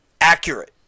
accurate